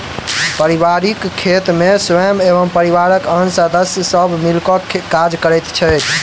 पारिवारिक खेत मे स्वयं एवं परिवारक आन सदस्य सब मिल क काज करैत छथि